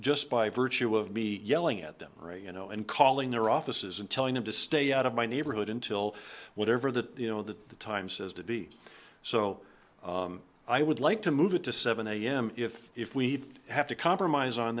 just by virtue of be yelling at them you know and calling their offices and telling them to stay out of my neighborhood until whatever that you know that the times has to be so i would like to move it to seven am if if we have to compromise on